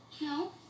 No